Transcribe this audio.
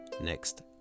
next